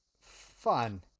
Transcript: Fun